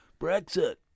Brexit